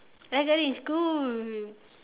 I got it in school